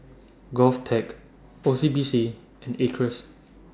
Govtech O C B C and Acres